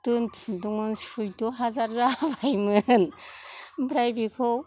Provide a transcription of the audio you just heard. दोनथुमदोंमोन सैद' हाजार जाबायमोन ओमफ्राय बिखौ